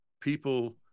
people